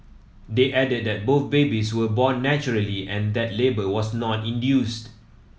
they added that both babies were born naturally and that labour was not induced